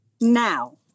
Now